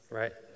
right